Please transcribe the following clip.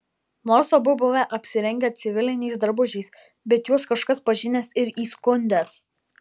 nors abu buvę apsirengę civiliniais drabužiais bet juos kažkas pažinęs ir įskundęs